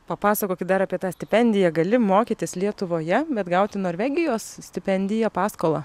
papasakokit dar apie tą stipendiją gali mokytis lietuvoje bet gauti norvegijos stipendiją paskolą